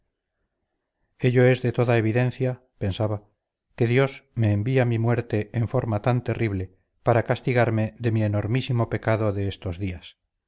ello es de toda evidencia pensaba que dios me envía mi muerte en forma tan terrible para castigarme de mi enormísimo pecado de estos días